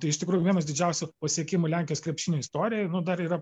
tai iš tikrųjų vienas didžiausių pasiekimų lenkijos krepšinio istorijoj dar yra